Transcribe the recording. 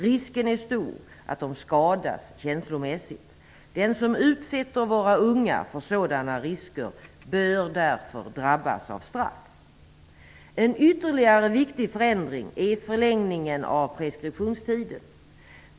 Risken är stor att de skadas känslomässigt. Den som utsätter våra unga för sådana risker bör därför drabbas av straff. En ytterligare viktig förändring är förlängningen av preskriptionstiden.